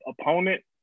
opponent